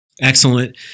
Excellent